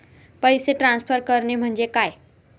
पैसे ट्रान्सफर करणे म्हणजे काय?